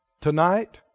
Tonight